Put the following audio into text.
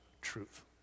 truth